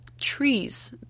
trees